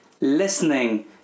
listening